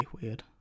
weird